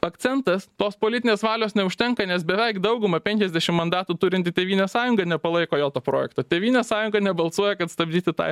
akcentas tos politinės valios neužtenka nes beveik daugumą penkiasdešim mandatų turinti tėvynės sąjunga nepalaiko vėl to projekto tėvynės sąjunga nebalsuoja kad stabdyti tą